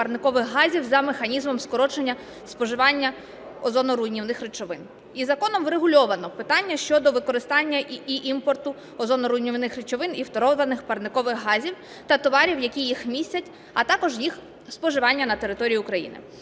за механізмом скорочення споживання озоноруйнівних речовин. І законом врегульовано питання щодо використання імпорту озоноруйнівних речовин і фторованих парникових газів та товарів, які їх містять, а також їх споживання на території України.